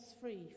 free